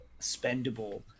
spendable